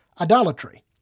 idolatry